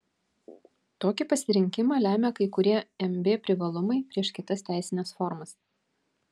tokį pasirinkimą lemia kai kurie mb privalumai prieš kitas teisines formas